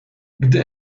gdy